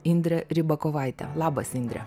indre rybakovaite labas indre